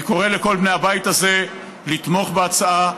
אני קורא לכל בני הבית הזה לתמוך בהצעה.